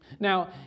Now